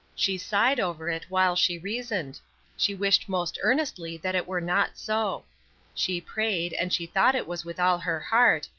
she sighed over it while she reasoned she wished most earnestly that it were not so she prayed, and she thought it was with all her heart,